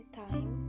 time